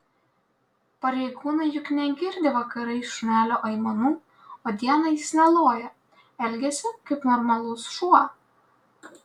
pareigūnai juk negirdi vakarais šunelio aimanų o dieną jis neloja elgiasi kaip normalus šuo